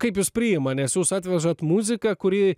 kaip jus priima nes jūs atvežat muziką kuri